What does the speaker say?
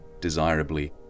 desirably